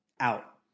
Out